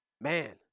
Man